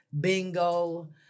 bingo